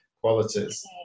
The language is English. qualities